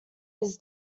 his